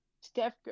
Steph